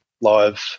live